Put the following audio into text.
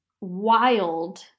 wild